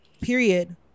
Period